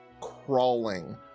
crawling